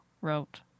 wrote